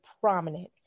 prominent